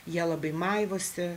jie labai maivosi